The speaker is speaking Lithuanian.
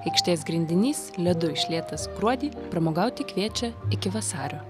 aikštės grindinys ledu išlietas gruodį pramogauti kviečia iki vasario